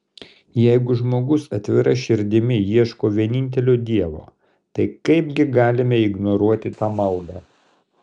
jeigu žmogus atvira širdimi ieško vienintelio dievo tai kaipgi galime ignoruoti tą maldą